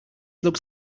looks